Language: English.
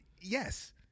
Yes